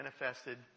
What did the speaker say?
manifested